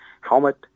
helmet